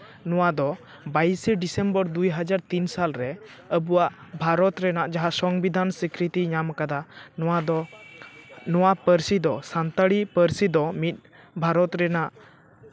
ᱱᱚᱣᱟ ᱫᱚ ᱵᱟᱭᱤᱥᱮ ᱰᱤᱥᱮᱢᱵᱚᱨ ᱫᱩᱭ ᱦᱟᱡᱟᱨ ᱛᱤᱱ ᱥᱟᱞᱨᱮ ᱟᱵᱚᱣᱟᱜ ᱵᱷᱟᱨᱚᱛ ᱨᱮᱱᱟᱜ ᱡᱟᱦᱟᱸ ᱥᱚᱝᱵᱤᱫᱷᱟᱱ ᱥᱤᱠᱨᱤᱛᱤᱭ ᱧᱟᱢ ᱠᱟᱫᱟ ᱱᱚᱣᱟ ᱫᱚ ᱱᱚᱣᱟ ᱯᱟᱹᱨᱥᱤ ᱫᱚ ᱥᱟᱱᱛᱟᱲᱤ ᱯᱟᱹᱨᱥᱤ ᱫᱚ ᱢᱤᱫ ᱵᱷᱟᱨᱚᱛ ᱨᱮᱱᱟᱜ